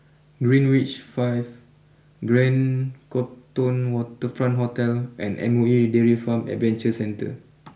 Greenwich five Grand Copthorne Waterfront Hotel and M O E Dairy Farm Adventure Centre